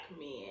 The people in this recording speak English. men